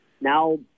now